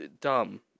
dumb